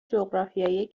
جغرافیایی